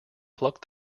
pluck